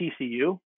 TCU